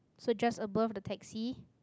so just above the taxi